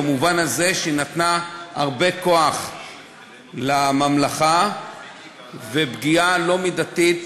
במובן הזה שהיא נתנה הרבה כוח לממלכה ופגעה פגיעה לא מידתית